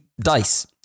dice